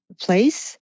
place